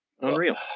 Unreal